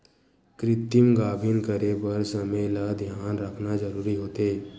कृतिम गाभिन करे बर समे ल धियान राखना जरूरी होथे